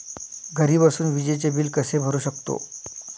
घरी बसून विजेचे बिल कसे भरू शकतो?